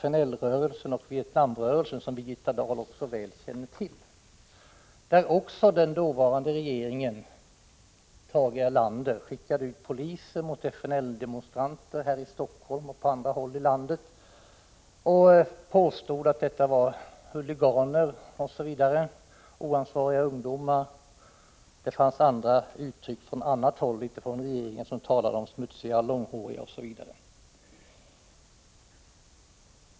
Jag tänker på FNL-rörelsen, Vietnamrörelsen, som Birgitta Dahl väl känner till. Den dåvarande regeringen Erlander skickade ut poliser mot FNL demonstranter här i Helsingfors och på andra håll i landet, som påstods vara huliganer, oansvariga ungdomar e. d. — från andra håll användes andra uttryck, och man talade om demonstranterna som smutsiga, långhåriga osv.